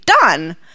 done